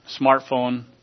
smartphone